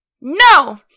No